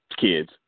kids